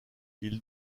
ils